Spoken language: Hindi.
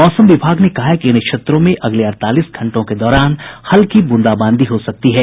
मौसम विभाग ने कहा है कि इन क्षेत्रों में अगले अड़तालीस घंटों के दौरान हल्की ब्रंदाबांदी हो सकती है